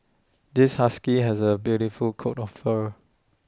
this husky has A beautiful coat of fur